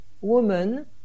woman